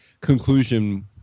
conclusion